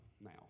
now